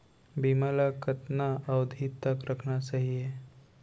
बीमा ल कतना अवधि तक रखना सही हे?